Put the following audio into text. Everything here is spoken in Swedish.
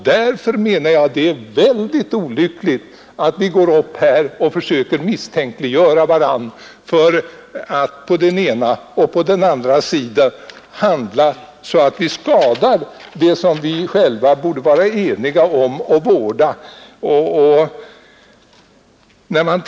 Därför menar jag att det är väldigt olyckligt om vi försöker misstänkliggöra varandra för då riskerar vi ytterst att skada de intressen som vi borde vara eniga om att vårda.